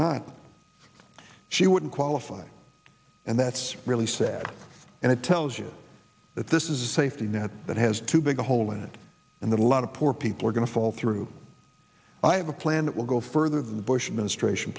not she wouldn't qualify and that's really sad and it tells you that this is a safety net that has too big a hole in it and a lot of poor people are going to fall through i have a plan that will go further than the bush administration